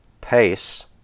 pace